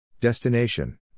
Destination